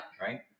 Right